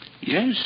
Yes